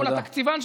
מול התקציבן,